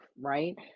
right